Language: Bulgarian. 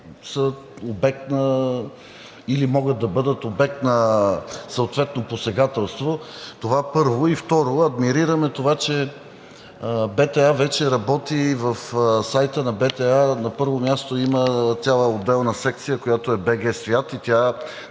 са обект или могат да бъдат обект на съответно посегателство. Това, първо. И второ, адмирираме това, че БТА вече работи и в сайта на БТА, на първо място, има цяла отделна секция, която е „БГ свят“, и тя